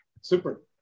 super